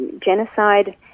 genocide